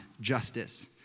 justice